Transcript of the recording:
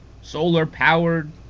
solar-powered